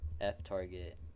F-Target